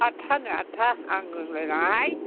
आदथानो आदथा आं रोंलायलाङाहाय